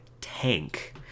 tank